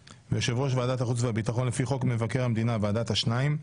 ויושב-ראש ועדת החוץ והביטחון לפי חוק מבקר המדינה ("ועדת השניים")